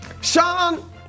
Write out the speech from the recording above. Sean